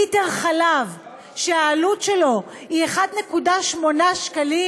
ליטר חלב שהעלות שלו היא 1.8 שקל,